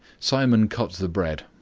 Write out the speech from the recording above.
simon cut the bread,